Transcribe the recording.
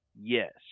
Yes